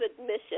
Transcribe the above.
admission